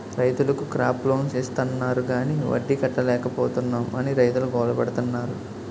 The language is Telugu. రైతులకు క్రాప లోన్స్ ఇస్తాన్నారు గాని వడ్డీ కట్టలేపోతున్నాం అని రైతులు గోల పెడతన్నారు